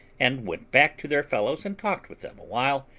and went back to their fellows and talked with them a while,